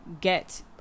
get